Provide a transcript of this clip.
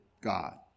God